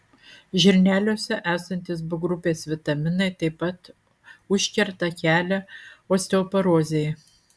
žirneliuose esantys b grupės vitaminai taip pat užkerta kelią osteoporozei